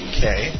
Okay